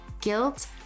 guilt